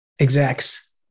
execs